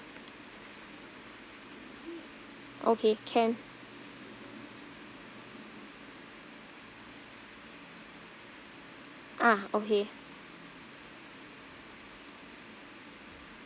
okay can ah okay